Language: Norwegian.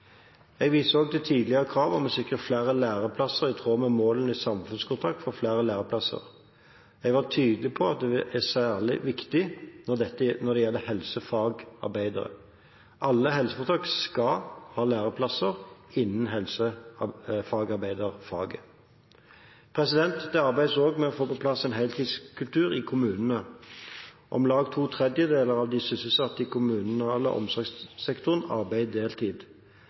Jeg viste også til tidligere krav om å sikre flere læreplasser i tråd med målene i Samfunnskontrakt for flere læreplasser. Jeg var tydelig på at dette er særlig viktig når det gjelder helsefagarbeidere. Alle helseforetak skal ha læreplasser innen helsefagarbeiderfaget. Det arbeides også med å få på plass en heltidskultur i kommunene. Om lag to tredjedeler av de sysselsatte i den kommunale omsorgssektoren arbeider deltid.